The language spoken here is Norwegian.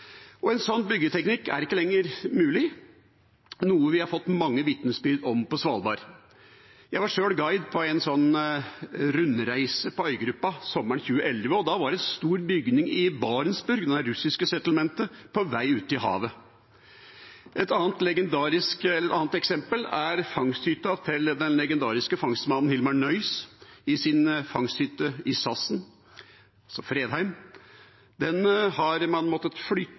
Arktis. En sånn byggeteknikk er ikke lenger mulig, noe vi har fått mange vitnesbyrd om på Svalbard. Jeg var sjøl guide på en rundreise på øygruppa sommeren 2011, og da var en stor bygning i Barentsburg, det russiske settlementet, på vei ut i havet. Et annet eksempel er fangsthytta til den legendariske fangstmannen Hilmar Nøis i Sassen, Villa Fredheim. Den har man måttet flytte